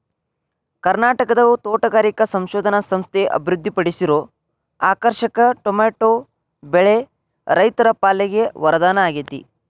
ಕರ್ನಾಟಕದ ತೋಟಗಾರಿಕಾ ಸಂಶೋಧನಾ ಸಂಸ್ಥೆ ಅಭಿವೃದ್ಧಿಪಡಿಸಿರೋ ಅರ್ಕಾರಕ್ಷಕ್ ಟೊಮೆಟೊ ಬೆಳೆ ರೈತರ ಪಾಲಿಗೆ ವರದಾನ ಆಗೇತಿ